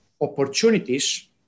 opportunities